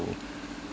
to